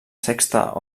sexta